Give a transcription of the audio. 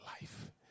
life